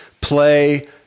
play